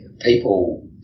people